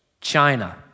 China